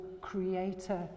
creator